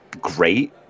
great